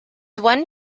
one